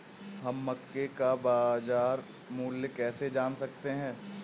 हम मक्के का बाजार मूल्य कैसे जान सकते हैं?